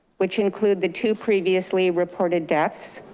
which include the two previously reported deaths,